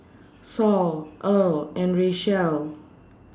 Saul Earle and Richelle